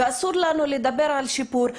ואסור לנו לדבר על שיפור.